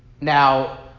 Now